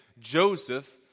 Joseph